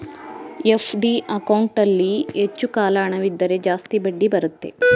FD ಅಕೌಂಟಲ್ಲಿ ಹೆಚ್ಚು ಕಾಲ ಹಣವಿದ್ದರೆ ಜಾಸ್ತಿ ಬಡ್ಡಿ ಬರುತ್ತೆ